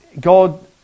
God